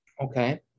Okay